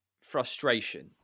frustration